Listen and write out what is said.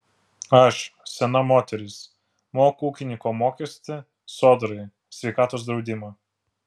aš sena moteris moku ūkininko mokestį sodrai sveikatos draudimą